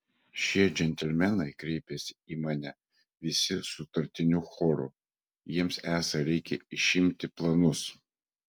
šie džentelmenai kreipėsi į mane visi sutartiniu choru jiems esą reikia išimti planus